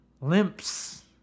limps